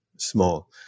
Small